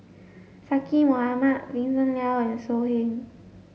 Zaqy Mohamad Vincent Leow and So Heng